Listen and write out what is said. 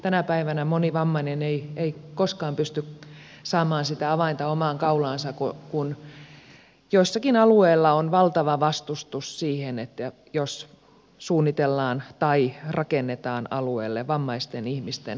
tänä päivänä moni vammainen ei koskaan pysty saamaan sitä avainta omaan kaulaansa kun joillakin alueilla on valtava vastustus jos suunnitellaan tai rakennetaan alueelle vammaisten ihmisten asuntoja